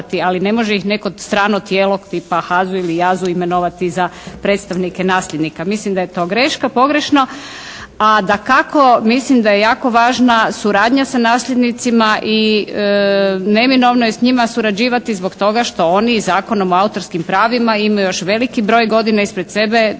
ali ne može ih neko strano tijelo tipa HAZU ili JAZU imenovati za predstavnike nasljednika. Mislim da je to greška, pogrešno, a dakako mislim da je jako važna suradnja sa nasljednicima i neminovno je s njima surađivati zbog toga što oni Zakonom o autorskim pravima imaju još veliki broj godina ispred sebe i